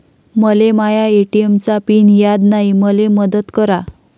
मले माया ए.टी.एम चा पिन याद नायी, मले मदत करा